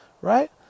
right